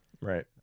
Right